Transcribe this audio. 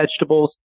vegetables